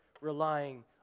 relying